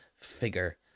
figure